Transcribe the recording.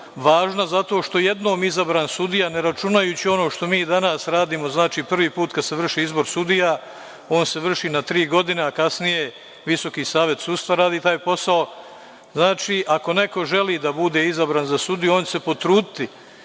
Važna zato što jednom izabran sudija, ne računajući ono što mi danas radimo, znači prvi put kad se vrši izbor sudija, on se vrši na tri godine, a kasnije Visoki savet sudstva radi taj posao, znači, ako neko želi da bude izabran za sudiju, on će se potruditi